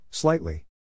Slightly